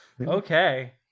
okay